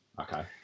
Okay